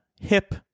hip